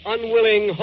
Unwilling